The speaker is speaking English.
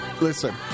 listen